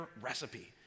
recipe